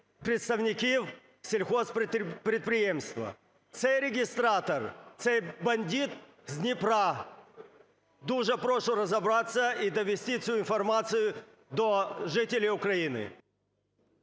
представників сільгосппідприємства. Цей регістратор, цей бандит з Дніпра… Дуже прошу розібратися і довести цю інформацію до жителів України.